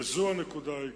וזו הנקודה העיקרית.